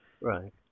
Right